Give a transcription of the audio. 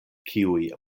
kiuj